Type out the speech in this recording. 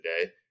today